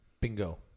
Bingo